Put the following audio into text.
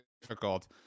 difficult